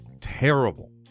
terrible